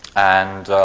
and